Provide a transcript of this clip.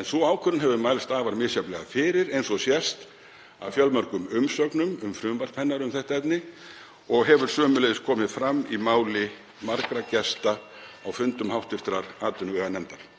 En sú ákvörðun hefur mælst afar misjafnlega fyrir, eins og sést af fjölmörgum umsögnum um frumvarp hennar um þetta efni og hefur sömuleiðis komið fram í máli margra gesta á fundum hv. atvinnuveganefndar.